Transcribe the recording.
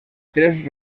tres